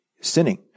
sinning